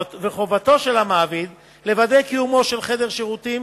וחובתו של המעביד לוודא קיומו של חדר שירותים.